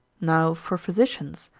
now for physicians,